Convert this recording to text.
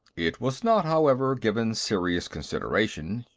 it was not, however, given serious consideration,